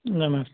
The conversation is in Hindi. नमस्ते